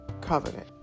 covenant